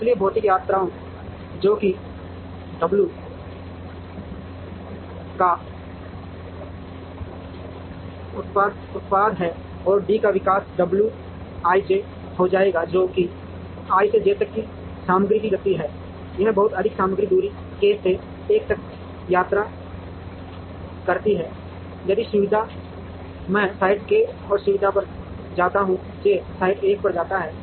इसलिए भौतिक यात्रा जो कि w का उत्पाद है और d का विकास wij हो जाएगा जो कि i से j तक की सामग्री की गति है यह बहुत अधिक सामग्री दूरी k से l तक यात्रा करती है यदि सुविधा मैं साइट k और सुविधा पर जाता हूं j साइट l पर जाता है